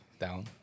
Down